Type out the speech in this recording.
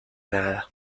nada